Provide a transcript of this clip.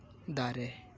ᱫᱟᱨᱮ